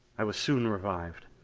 i was soon revived.